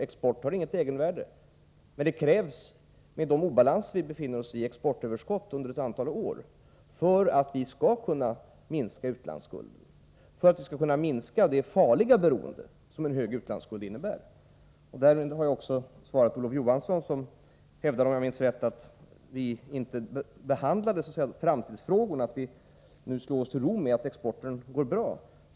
Export har inget egenvärde, men det krävs med de obalanser som vi har, exportöverskott under ett antal år för att vi skall kunna minska utlandsskulden och därmed det farliga beroende som en hög utlandsskuld innebär. Därmed har jag också givit svar till Olof Johansson, som hävdade att vi inte behandlat framtidsfrågorna, utan nu slår oss till ro med att exporten går bra.